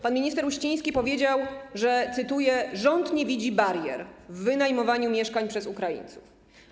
Pan minister Uściński powiedział, że cytuję: rząd nie widzi barier w wynajmowaniu mieszkań przez Ukraińców.